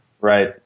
Right